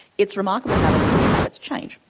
it's remarkable how their media habits change.